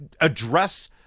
address